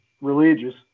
religious